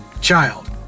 child